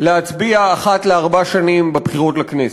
להצביע אחת לארבע שנים בבחירות לכנסת,